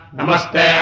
Namaste